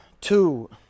two